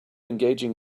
engaging